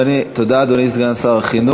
תודה, אדוני סגן שר החינוך.